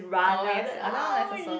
oh yes ah that one nice also